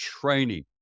training